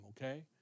okay